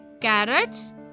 carrots